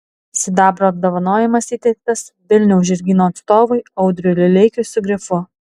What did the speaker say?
sidabro apdovanojimas įteiktas vilniaus žirgyno atstovui audriui lileikiui su grifu